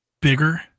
Bigger